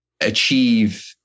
achieve